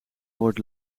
word